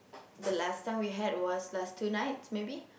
the last time we had was last two nights maybe